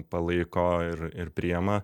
palaiko ir ir priima